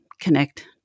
connect